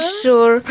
sure